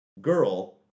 girl